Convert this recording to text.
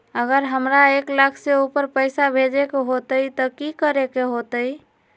अगर हमरा एक लाख से ऊपर पैसा भेजे के होतई त की करेके होतय?